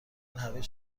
هویج